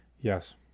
Yes